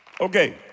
okay